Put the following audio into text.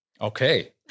Okay